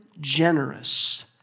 generous